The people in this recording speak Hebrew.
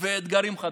ואתגרים חדשים.